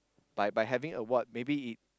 by by having award maybe it